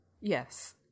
Yes